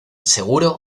seguro